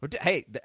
hey